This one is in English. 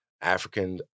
african